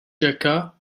jacquat